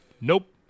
nope